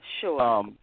Sure